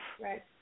Right